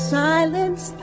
silence